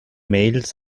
mails